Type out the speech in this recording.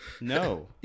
No